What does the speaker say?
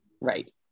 Right